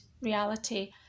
reality